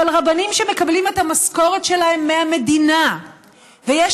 אבל רבנים שמקבלים את המשכורת שלהם מהמדינה ויש